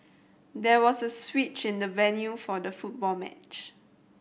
there was a switch in the venue for the football match